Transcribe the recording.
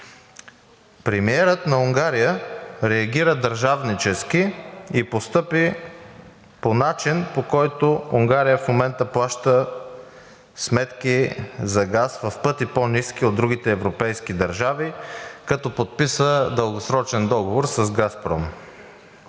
Премиерът на Унгария реагира държавнически и постъпи по начин, по който Унгария в момента плаща сметки за газ в пъти по-ниски от другите европейски държави, като подписа дългосрочен договор с „Газпром“.